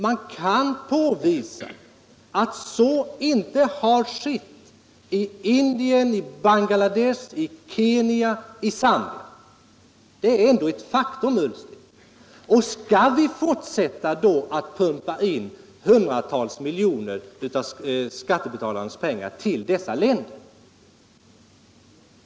Man kan påvisa att så inte har skett i Indien, i Bangladesh, i Kenya och i Zambia. Det är ändå ett faktum, herr Ullsten. Skall vi då fortsätta att pumpa över hundratals miljoner av skattebetalarnas pengar till dessa länder?